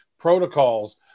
protocols